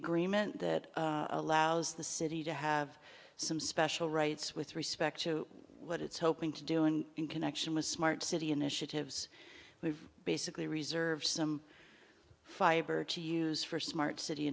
agreement that allows the city to have some special rights with respect to what it's hoping to do and in connection with smart city initiatives we've basically reserve some fiber to use for smart city